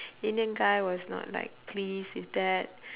indian guy was not like pleased with that